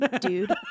dude